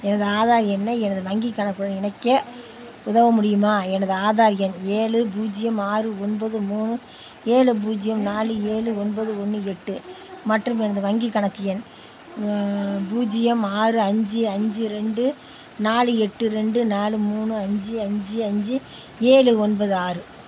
எனது ஆதார் எண்ணை எனது வங்கிக் கணக்குடன் இணைக்க உதவ முடியுமா எனது ஆதார் எண் ஏழு பூஜ்ஜியம் ஆறு ஒன்பது மூணு ஏழு பூஜ்ஜியம் நாலு ஏழு ஒன்பது ஒன்று எட்டு மற்றும் எனது வங்கிக் கணக்கு எண் பூஜ்ஜியம் ஆறு அஞ்சு அஞ்சு ரெண்டு நாலு எட்டு ரெண்டு நாலு மூணு அஞ்சு அஞ்சு அஞ்சு ஏழு ஒன்பது ஆறு